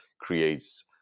creates